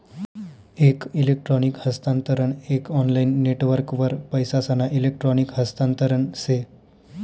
एक इलेक्ट्रॉनिक हस्तांतरण एक ऑनलाईन नेटवर्कवर पैसासना इलेक्ट्रॉनिक हस्तांतरण से